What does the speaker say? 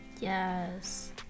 Yes